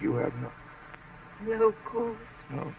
you know